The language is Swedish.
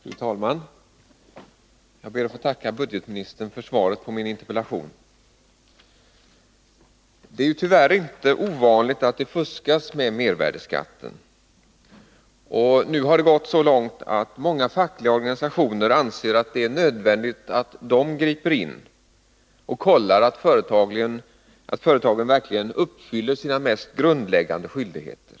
Fru talman! Jag ber att få tacka ekonomioch budgetministern för svaret på min interpellation. Det är tyvärr inte ovanligt att det fuskas med mervärdeskatten. Nu har det gått så långt att många fackliga organisationer anser att det är nödvändigt att Nr 38 de griper in och kollar att företagen verkligen fullgör sina mest grundläg Fredagen den gande skyldigheter.